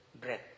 breath